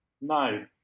No